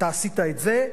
אתה עשית את זה,